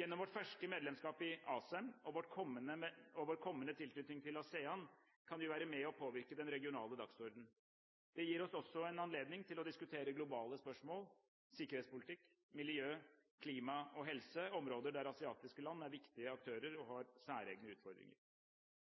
Gjennom vårt ferske medlemskap i ASEM og vår kommende tilknytning til ASEAN kan vi være med og påvirke den regionale dagsordenen. Det gir oss også en anledning til å diskutere globale spørsmål som sikkerhetspolitikk, miljø, klima og helse – områder der asiatiske land er viktige aktører og har særegne utfordringer.